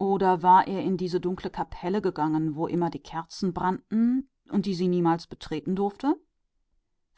oder war er in jene dunkle kapelle gegangen wo immer die kerzen brannten und wo sie niemals eintreten durfte